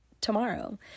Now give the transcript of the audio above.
tomorrow